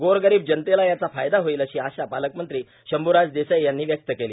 गोरगरीब जनतेला याचा फायदा होईल अशी आशा पालकमंत्री शंभूराज देसाई यांनी व्यक्त केली